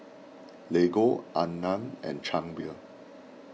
Lego Anmum and Chang Beer